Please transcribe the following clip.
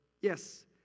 Yes